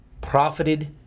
profited